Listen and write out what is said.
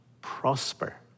prosper